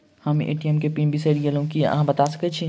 हम ए.टी.एम केँ पिन बिसईर गेलू की अहाँ बता सकैत छी?